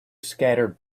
scattered